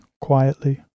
quietly